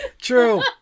True